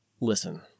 listen